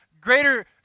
greater